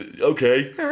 Okay